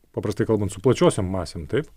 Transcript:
paprastai kalbant su plačiosiom masėm taip